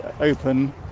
Open